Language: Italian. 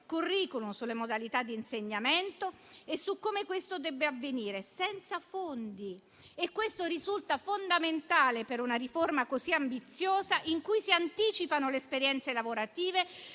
*curricula*, sulle modalità di insegnamento e su come questo debba avvenire. Non vi sono fondi e questo aspetto risulta fondamentale per una riforma così ambiziosa, in cui si anticipano le esperienze lavorative